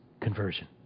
conversion